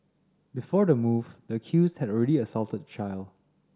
before the move the accused had already assaulted the child